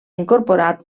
incorporat